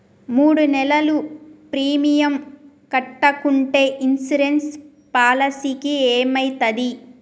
మూడు నెలలు ప్రీమియం కట్టకుంటే ఇన్సూరెన్స్ పాలసీకి ఏమైతది?